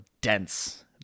dense